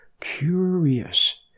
curious